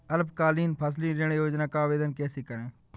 अल्पकालीन फसली ऋण योजना का आवेदन कैसे करें?